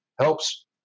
helps